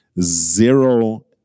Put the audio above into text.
zero